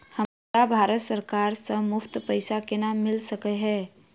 हमरा भारत सरकार सँ मुफ्त पैसा केना मिल सकै है?